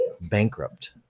bankrupt